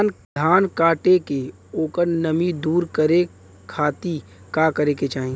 धान कांटेके ओकर नमी दूर करे खाती का करे के चाही?